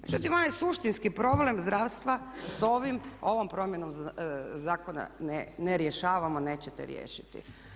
Međutim, onaj suštinski problem zdravstva sa ovim, ovom promjenom zakona ne rješavamo, nećete riješiti.